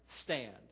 stand